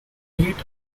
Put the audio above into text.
rates